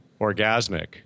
orgasmic